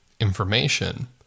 information